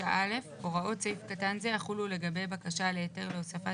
(9א)הוראות סעיף קטן זה יחולו לגבי בקשה להיתר להוספת